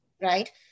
right